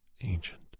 ancient